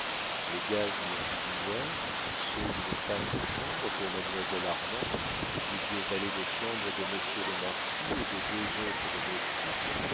les gages d'une cuisinière ceux d'une femme de chambre pour mademoiselle armande du vieux valet de chambre de monsieur le marquis et de deux autres domestiques